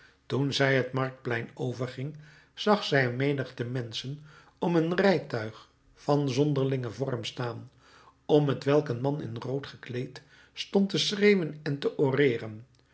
toen zij het marktplein overging zag zij een menigte menschen om een rijtuig van zonderlingen vorm staan op t welk een man in t rood gekleed stond te schreeuwen en te